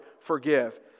forgive